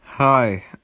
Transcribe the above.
Hi